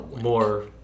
more